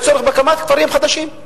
יש צורך בהקמת כפרים חדשים.